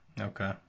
Okay